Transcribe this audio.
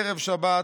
ערב שבת,